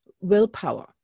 willpower